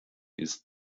ist